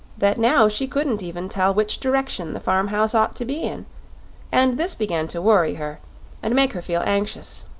that now she couldn't even tell which direction the farm-house ought to be in and this began to worry her and make her feel anxious.